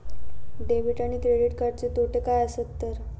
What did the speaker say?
Debit आणि credit कार्डचे तोटे काय आसत तर?